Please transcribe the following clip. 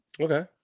Okay